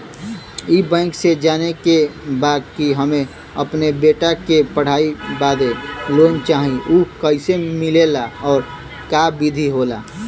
ई बैंक से जाने के बा की हमे अपने बेटा के पढ़ाई बदे लोन चाही ऊ कैसे मिलेला और का विधि होला?